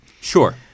Sure